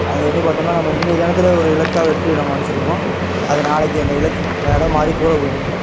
அதை வந்து பார்த்தோமுன்னா நம்ம இன்றைய தினத்துல ஒரு இலக்காக வெற்றியை நம்ம நினச்சிருப்போம் அது நாளைக்கு அந்த இலக்கு வேறு மாதிரி தூரம் போய் நிற்கும்